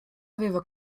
aveva